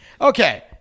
Okay